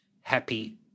happy